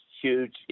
huge